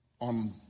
on